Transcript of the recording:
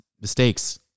mistakes